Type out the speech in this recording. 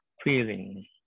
feeling